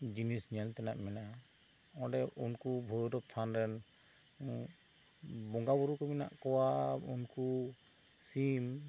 ᱡᱤᱱᱤᱥ ᱧᱮᱞ ᱛᱮᱱᱟᱜ ᱢᱮᱱᱟᱜᱼᱟ ᱚᱸᱰᱮ ᱩᱱᱠᱩ ᱵᱷᱳᱭᱨᱳᱵ ᱛᱷᱟᱱ ᱨᱮᱱ ᱵᱚᱸᱜᱟ ᱵᱳᱨᱳ ᱠᱚ ᱢᱮᱱᱟᱜ ᱠᱚᱣᱟ ᱩᱱᱠᱩ ᱥᱤᱢ